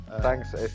Thanks